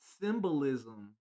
symbolism